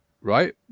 Right